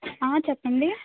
చెప్పండి